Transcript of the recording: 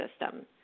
system